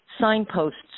signposts